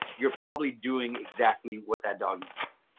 you're probably doing exactly what that dog